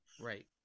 Right